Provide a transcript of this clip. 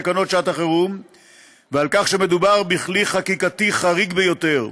בתקנות שעת החירום ועל כך שמדובר בכלי חקיקתי חריג ביותר.